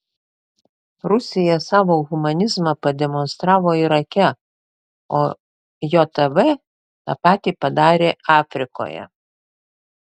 rusija savo humanizmą pademonstravo irake o jav tą patį padarė afrikoje